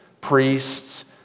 priests